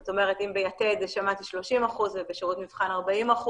זאת אומרת אם ב'יתד' שמעתי 30% ובשירות מבחן 40%,